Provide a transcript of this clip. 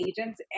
agents